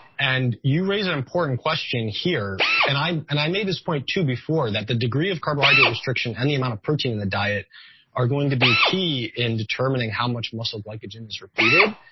and you raised an important question here and i and i made this point to before, that the degree of carbohydrate restriction and the amount of protein in the diet are going to be key in determining how much muscle glycogen is depleted.